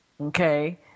okay